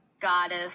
goddess